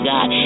God